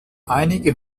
einige